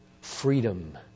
freedom